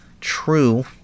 True